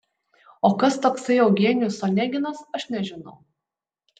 o kas toksai eugenijus oneginas aš nežinau